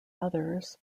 others